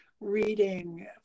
reading